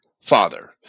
father